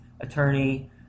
attorney